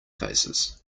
faces